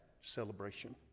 celebration